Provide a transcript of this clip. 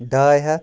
ڈاے ہَتھ